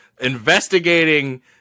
investigating